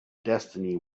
destiny